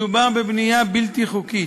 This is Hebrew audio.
מדובר בבנייה בלתי חוקית.